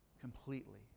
completely